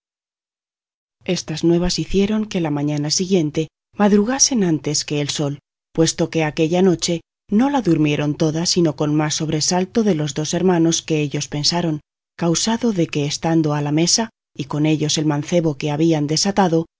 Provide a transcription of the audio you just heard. estas nuevas hicieron que la mañana siguiente madrugasen antes que el sol puesto que aquella noche no la durmieron toda sino con más sobresalto de los dos hermanos que ellos se pensaron causado de que estando a la mesa y con ellos el mancebo que habían desatado